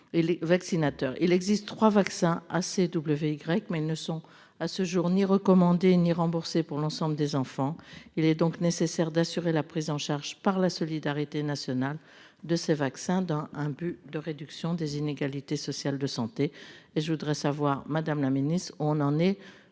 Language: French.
il existe 3 vaccins ACW. Mais ils ne sont à ce jour ni recommandé ni remboursé pour l'ensemble des enfants. Il est donc nécessaire d'assurer la prise en charge par la solidarité nationale de ces vaccins dans un but de réduction des inégalités sociales de santé et je voudrais savoir Madame la Ministre on en est